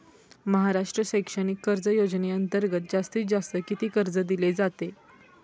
महाराष्ट्र शैक्षणिक कर्ज योजनेअंतर्गत जास्तीत जास्त किती कर्ज दिले जाते?